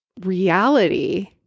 reality